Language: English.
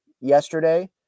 yesterday